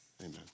Amen